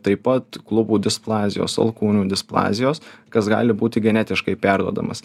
taip pat klubų displazijos alkūnių displazijos kas gali būti genetiškai perduodamas